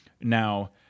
Now